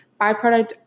byproduct